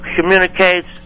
communicates